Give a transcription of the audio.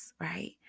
right